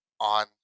on